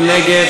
מי נגד?